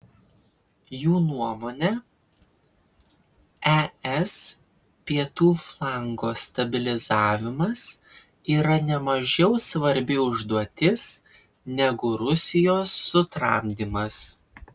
jų nuomone es pietų flango stabilizavimas yra nemažiau svarbi užduotis negu rusijos sutramdymas